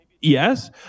Yes